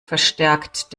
verstärkt